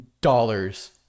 dollars